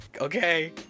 Okay